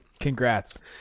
Congrats